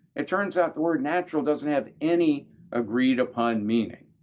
it turns out the word natural doesn't have any agreed-upon meaning,